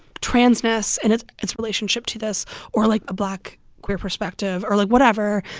transness and its its relationship to this or, like, a black queer perspective or, like, whatever.